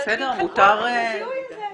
אבל שימחקו את הזיהוי הזה.